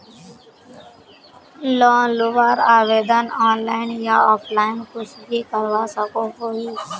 Loan लुबार आवेदन online या ऑफलाइन कुछ भी करवा सकोहो ही?